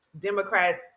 Democrats